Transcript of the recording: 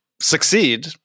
succeed